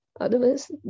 Otherwise